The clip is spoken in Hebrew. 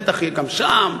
בטח גם יהיה שם,